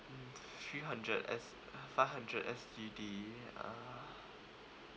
three hundred S five hundred S_G_D uh